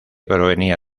provenía